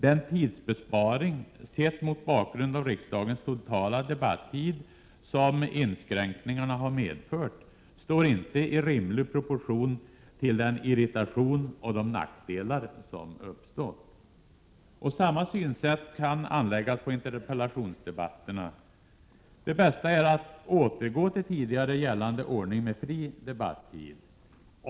Den tidsbesparing av riksdagens totala debattid som inskränkningarna har medfört står inte i rimlig proportion till den irritation och de nackdelar som uppstått. Samma synpunkt kan anläggas på interpellationsdebatterna. Det bästa är att återgå till tidigare gällande ordning med fri debattid.